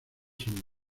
son